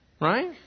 right